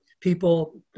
people